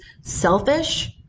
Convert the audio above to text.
selfish